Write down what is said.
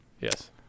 yes